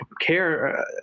care